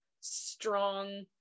strong